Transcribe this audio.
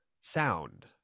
sound